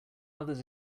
others